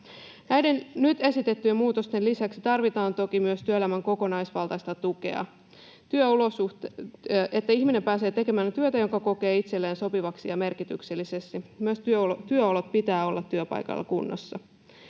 Näiden nyt esitettyjen muutosten lisäksi tarvitaan toki myös työelämän kokonaisvaltaista tukea, että ihminen pääsee tekemään työtä, jonka kokee itselleen sopivaksi ja merkitykselliseksi. Myös työolojen pitää olla työpaikalla kunnossa.